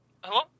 Hello